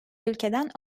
ülkeden